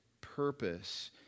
purpose